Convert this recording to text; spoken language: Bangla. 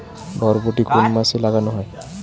বরবটি কোন মাসে লাগানো হয়?